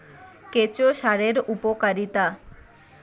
কেঁচো সারের উপকারিতা?